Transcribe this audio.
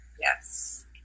Yes